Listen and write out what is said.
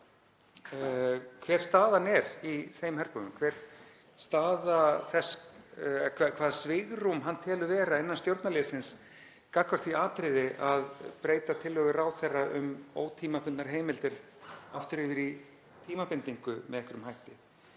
hver staðan er í þeim herbúðum, hvaða svigrúm hann telur vera innan stjórnarliðsins gagnvart því atriði að breyta tillögu ráðherra um ótímabundnar heimildir aftur í tímabindingu með einhverjum hætti.